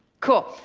cool.